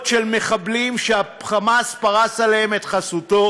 של מחבלים שה"חמאס" פרס עליהם את חסותו